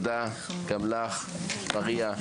תודה גם לך מריה,